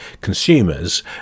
consumers